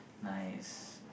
nice